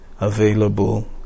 available